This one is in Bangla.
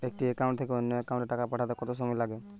একটি একাউন্ট থেকে অন্য একাউন্টে টাকা পাঠাতে কত সময় লাগে?